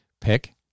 pick